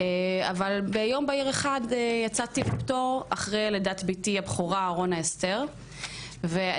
אבל ביום בהיר אחד יצאתי לפטור אחרי לידת ביתי הבכורה רונה אסתר ואני